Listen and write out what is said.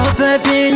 baby